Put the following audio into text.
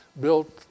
built